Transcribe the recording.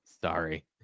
sorry